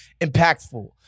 impactful